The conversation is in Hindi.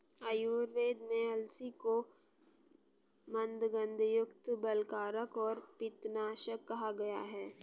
आयुर्वेद में अलसी को मन्दगंधयुक्त, बलकारक और पित्तनाशक कहा गया है